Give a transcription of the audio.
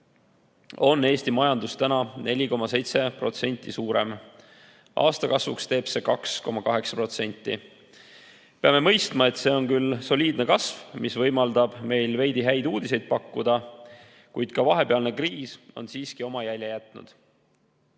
on Eesti majandus praegu 4,7% suurem. Aastakasvuks teeb see 2,8%. Samas peame mõistma, et see on küll soliidne kasv, mis võimaldab meil veidi häid uudiseid pakkuda, kuid vahepealne kriis on siiski oma jälje jätnud.